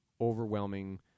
overwhelming